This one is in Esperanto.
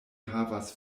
havas